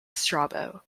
strabo